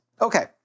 Okay